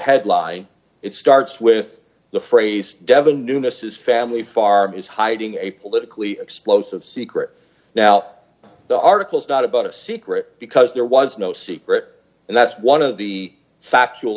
headline it starts with d the phrase devon newness his family farm is hiding a politically explosive d secret now the article is not about a secret because there was no secret and that's one of the factual